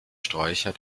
sträucher